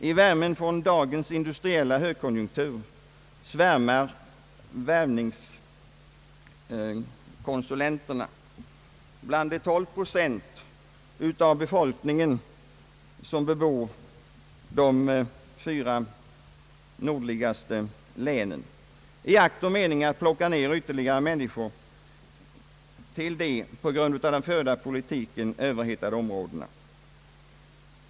I värmen från dagens industriella högkonjunktur svärmar värvningskonsulenterna bland de 12 procent av befolkningen som bebor de fyra nordligaste länen, i akt och mening att plocka ner ytterligare människor till de på grund av den förda politiken överhettade områdena.